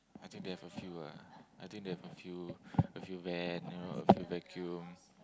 I think they have a few ah I think they have a few a few van you know a few vacuum